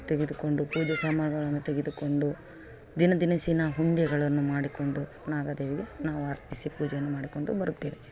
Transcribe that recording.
ತೆಗೆದುಕೊಂಡು ಪೂಜೆ ಸಾಮಾನುಗಳನ್ನು ತೆಗೆದುಕೊಂಡು ದಿನ ತಿನಿಸ್ಸಿನ ಉಂಡೆಗಳನ್ನು ಮಾಡಿಕೊಂಡು ನಾಗದೇವಿಗೆ ನಾವು ಅರ್ಪಿಸಿ ಪೂಜೆಯನ್ನು ಮಾಡಿಕೊಂಡು ಬರುತ್ತೇವೆ